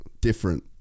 different